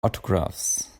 autographs